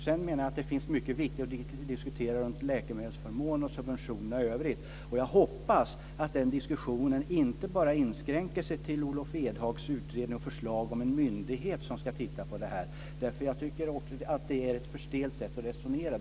Sedan menar jag att det finns mycket viktigt att diskutera runt läkemedelsförmånen och subventionerna i övrigt. Jag hoppas att den diskussionen inte bara inskränker sig till Olof Edhags utredning och förslag om en myndighet som ska titta på det här. Jag tycker att det också är ett stelt sätt att resonera.